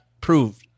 proved